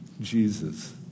Jesus